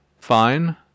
fine